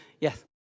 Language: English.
yes